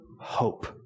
hope